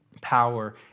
power